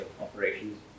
operations